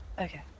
Okay